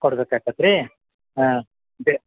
ಕೊಡ್ಬೇಕು ಆಕಾತು ರೀ ಹಾಂ ಇದೇ